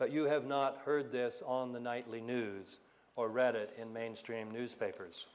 but you have not heard this on the nightly news or read it in mainstream newspapers